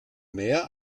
mehr